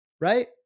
right